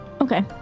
okay